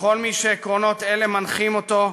וכל מי שעקרונות אלה מנחים אותו,